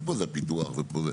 כי זה פה הפיתוח ופה זה,